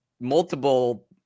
multiple